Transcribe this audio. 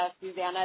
Susanna